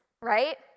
right